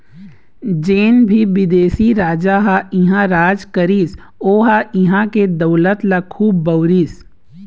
जेन भी बिदेशी राजा ह इहां राज करिस ओ ह इहां के दउलत ल खुब बउरिस